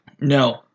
No